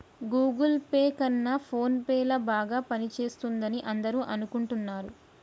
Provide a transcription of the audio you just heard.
Google Pay కన్నా PhonePe ల బాగా పనిచేస్తుందని అందరూ అనుకుంటున్నారు